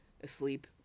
asleep